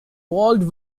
walled